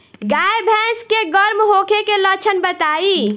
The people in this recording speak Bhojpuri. गाय भैंस के गर्म होखे के लक्षण बताई?